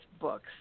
books